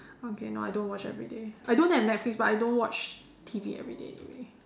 okay no I don't watch everyday I don't have netflix but I don't watch T_V everyday anyway